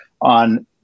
on